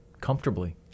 comfortably